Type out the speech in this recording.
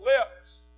lips